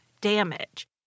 damage